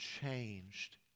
changed